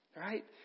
right